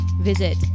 visit